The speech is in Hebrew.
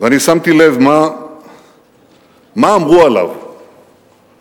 ואני שמתי לב מה אמרו עליו חבריו,